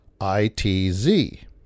I-T-Z